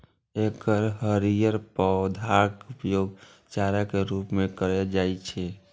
एकर हरियर पौधाक उपयोग चारा के रूप मे कैल जाइ छै